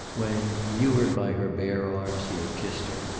when, lured by her bare arms he had kissed her,